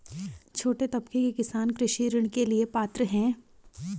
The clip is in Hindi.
छोटे तबके के किसान कृषि ऋण के लिए पात्र हैं?